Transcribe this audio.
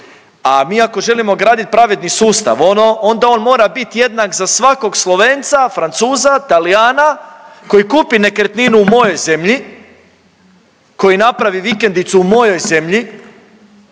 A mi ako želimo graditi pravedni sustav onda on mora bit jednak za svakog Slovenca, Francuza, Talijana koji kupi nekretninu u mojoj zemlji, koji napravi vikendicu u mojoj zemlji,